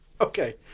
okay